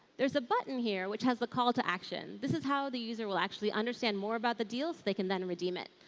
there's a button here, which has the call to action. this is how the user will actually understand more about the deals, they can then redeem it.